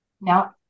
Now